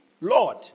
Lord